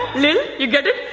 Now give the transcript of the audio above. lilly, you get it?